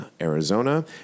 Arizona